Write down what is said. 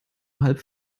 halb